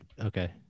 Okay